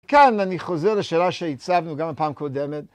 כאן אני חוזר לשאלה שהצבנו גם הפעם קודמת.